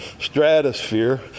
stratosphere